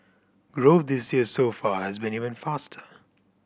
growth this year so far has been even faster